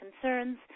concerns